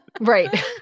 right